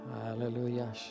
Hallelujah